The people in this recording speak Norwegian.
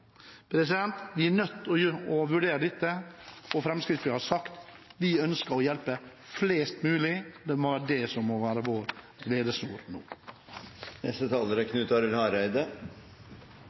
Vi er nødt til å vurdere dette, og Fremskrittspartiet har sagt at vi ønsker å hjelpe flest mulig. Det må være det som må være vår rettesnor nå.